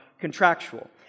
contractual